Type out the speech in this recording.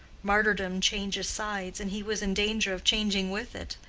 martyrdom changes sides, and he was in danger of changing with it,